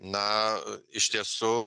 na iš tiesų